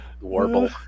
warble